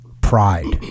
pride